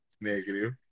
Negative